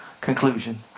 conclusion